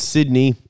Sydney